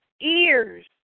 ears